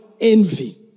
envy